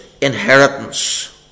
inheritance